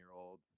old